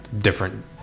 Different